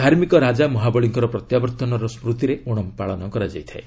ଧାର୍ମିକ ରାଜା ମହାବଳୀଙ୍କର ପ୍ରତ୍ୟାବର୍ତ୍ତନର ସ୍କୃତିରେ ଓଶମ୍ ପାଳନ କରାଯାଇଥାଏ